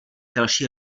další